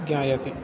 ज्ञायते